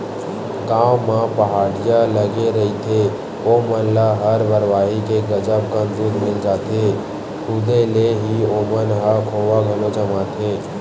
गाँव म पहाटिया लगे रहिथे ओमन ल हर बरवाही के गजब कन दूद मिल जाथे, खुदे ले ही ओमन ह खोवा घलो जमाथे